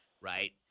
right